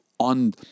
on